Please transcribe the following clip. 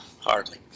hardly